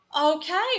okay